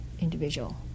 individual